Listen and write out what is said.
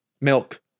milk